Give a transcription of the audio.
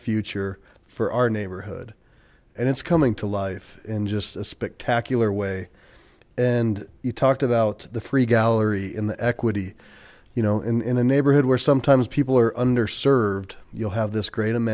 future for our neighborhood and it's coming to life in just a spectacular way and you talked about the free gallery in the equity you know in a neighborhood where sometimes people are underserved you'll have this great